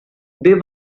they